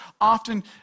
often